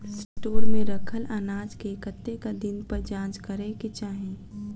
Store मे रखल अनाज केँ कतेक दिन पर जाँच करै केँ चाहि?